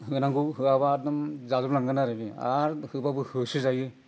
होनांगौ होआब्ला एखदम जाजोबलांगोन आरो बिदिनो आरो होब्लाबो होसोजायो